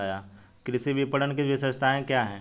कृषि विपणन की विशेषताएं क्या हैं?